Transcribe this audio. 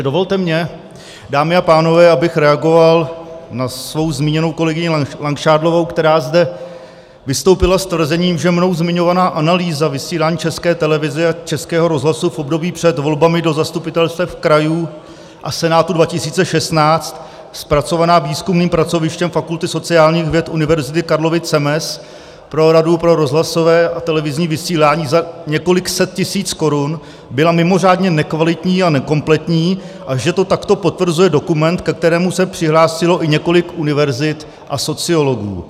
Dovolte mně, dámy a pánové, abych reagoval na svou zmíněnou kolegyni Langšádlovou, která zde vystoupila s tvrzením, že mnou zmiňovaná Analýza vysílání České televize a Českého rozhlasu v období před volbami do zastupitelstev krajů a Senátu 2016, zpracovaná výzkumným pracovištěm Fakulty sociálních věd Univerzity Karlovy CEMES pro Radu pro rozhlasové a televizní vysílání za několik set tisíc korun, byla mimořádně nekvalitní a nekompletní a že to takto potvrzuje dokument, ke kterému se přihlásilo i několik univerzit a sociologů.